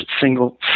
single